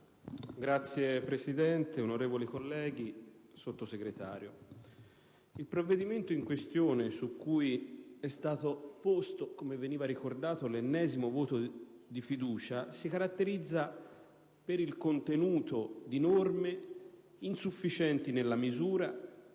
Signor Presidente, onorevoli colleghi, Sottosegretario, il provvedimento in questione, su cui è stata apposta - come veniva ricordato - l'ennesima questione di fiducia, si caratterizza per il contenuto di norme insufficienti nella misura,